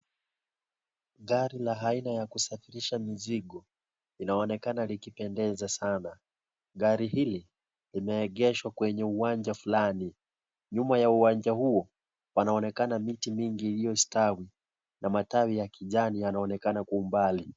Gari la aina ya kusafirisha mizigo, linaonekana likipendeza sana, gari hili limeegeshwa kwenye uwanja fulani, nyuma ya uwanja huo, panaonekana miti mingi iliyostawi na matawi ya kijani yanaonekana kwa umbali.